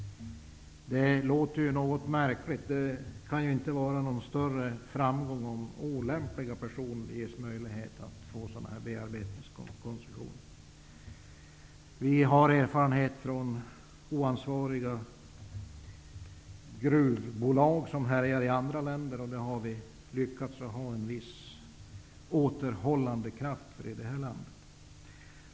Det låter märkligt, och det kan inte vara någon större framgång om olämpliga personer får bearbetningskoncessioner. Det finns erfarenheter från oansvariga gruvbolag som härjar i andra länder. Där har vi i Sverige lyckats använda våra återhållande krafter.